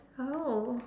oh